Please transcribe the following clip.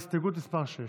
ההסתייגות (6)